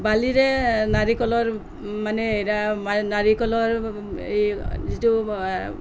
বালিৰে নাৰিকলৰ মানে এৰা নাৰিকলৰ এই যিটো